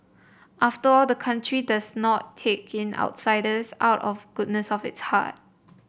after all the country does not take in outsiders out of goodness of its heart